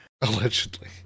Allegedly